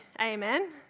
Amen